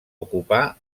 ocupar